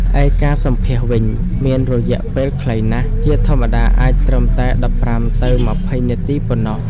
ឯការសម្ភាសន៍វិញ មានរយៈពេលខ្លីណាស់ ជាធម្មតាអាចត្រឹមតែ ១៥ ទៅ ២០ នាទីប៉ុណ្ណោះ។